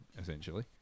essentially